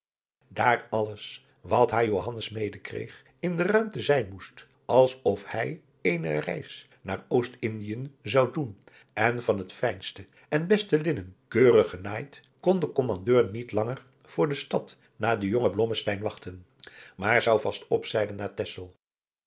daar alles wat haar johannes medekreeg in de ruimte zijn moest als of hij eene reis naar oost indiën zou doen en van het fijnste en beste linnen keurig genaaid kon de kommandeur niet langer voor de stad naar den jongen blommesteyn wachten maar zou vast opzeilen naar texel